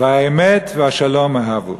והאמת והשלום אהבו".